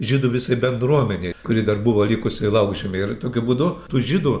žydų visai bendruomenei kuri dar buvo likusi laukžemy ir tokiu būdu tų žydų